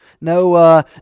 No